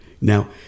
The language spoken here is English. Now